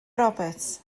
roberts